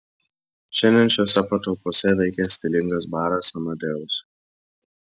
šiandien šiose patalpose veikia stilingas baras amadeus